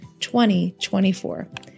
2024